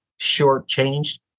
shortchanged